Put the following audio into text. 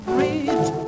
reach